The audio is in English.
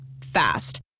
Fast